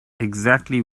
exactly